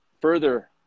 further